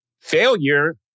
failure